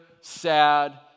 sad